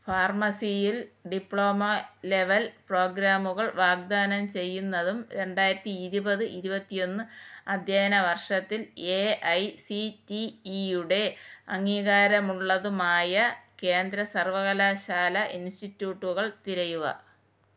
ഫാർമസിയിൽ diploma level പ്രോഗ്രാമുകൾ വാഗ്ദാനം ചെയ്യുന്നതും രണ്ടായിരത്തി ഇരുപത് ഇരുപത്തി ഒന്ന് അധ്യയ്ന വർഷത്തിൽ എ ഐ സി റ്റി ഇയുടെ അംഗീകാരമുള്ളതുമായ കേന്ദ്ര സർവകലാശാല ഇൻസ്റ്റിറ്റൃട്ടുകൾ തിരയുക